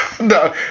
No